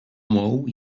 mou